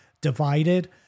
divided